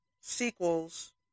sequels